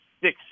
six